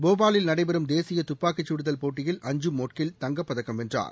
போபாலில் நடைபெறும் தேசிய துப்பாக்கிச் சுடுதல் போட்டியில் அசும் மோட்கில் தங்கப் பதக்கம் வென்றார்